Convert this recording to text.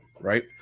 right